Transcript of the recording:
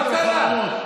עשיתם חרמות.